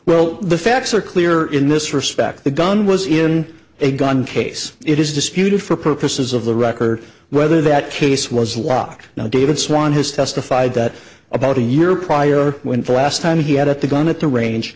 well the facts are clear in this respect the gun was in a gun case it is disputed for purposes of the record whether that case was locked now david swann has testified that about a year prior when the last time he had a gun at the range